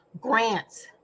grants